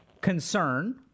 concern